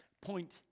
Point